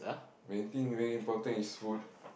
meeting very important is food